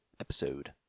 episode